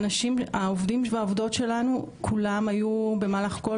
העובדים והעובדות שלנו כולם היו במהלך כל